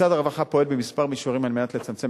2. משרד הרווחה פועל בכמה מישורים על מנת לצמצם